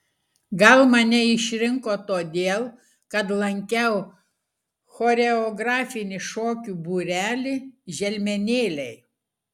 gal mane išrinko todėl kad lankiau choreografinį šokių būrelį želmenėliai